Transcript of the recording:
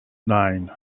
nine